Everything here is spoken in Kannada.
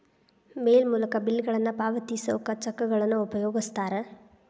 ಮೇಲ್ ಮೂಲಕ ಬಿಲ್ಗಳನ್ನ ಪಾವತಿಸೋಕ ಚೆಕ್ಗಳನ್ನ ಉಪಯೋಗಿಸ್ತಾರ